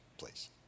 please